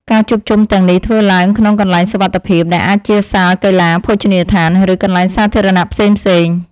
ការជួបជុំទាំងនេះធ្វើឡើងក្នុងកន្លែងសុវត្ថិភាព ដែលអាចជាសាលកីឡា ភោជនីយដ្ឋាន ឬកន្លែងសាធារណៈផ្សេងៗ។